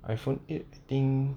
iphone eight I think